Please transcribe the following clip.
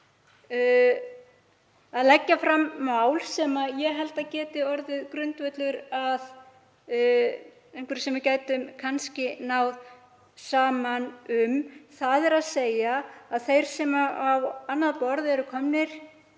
að leggja fram mál sem ég held að geti orðið grundvöllur að einhverju sem við gætum kannski náð saman um, þ.e. að þeir sem á annað borð eru komnir